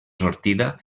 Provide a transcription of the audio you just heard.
sortida